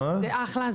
זה אחלה,